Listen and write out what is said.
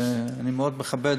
ואני מאוד מכבד,